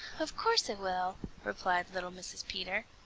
of course it will, replied little mrs. peter.